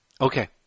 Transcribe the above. Okay